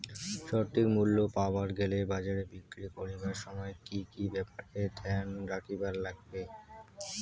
সঠিক মূল্য পাবার গেলে বাজারে বিক্রি করিবার সময় কি কি ব্যাপার এ ধ্যান রাখিবার লাগবে?